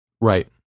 right